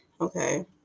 Okay